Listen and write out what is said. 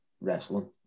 wrestling